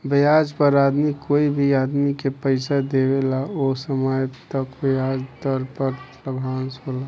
ब्याज पर आदमी कोई भी आदमी के पइसा दिआवेला ओ समय तय ब्याज दर पर लाभांश होला